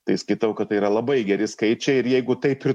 tai skaitau kad tai yra labai geri skaičiai ir jeigu taip ir